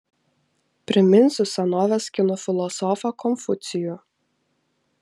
priminsiu senovės kinų filosofą konfucijų